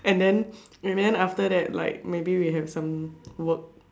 and then and then after that like maybe we have some work